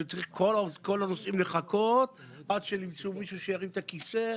שכל הנוסעים צריכים לחכות עד שימצאו מישהו שירים את הכיסא.